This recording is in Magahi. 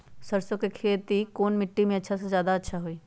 सरसो के खेती कौन मिट्टी मे अच्छा मे जादा अच्छा होइ?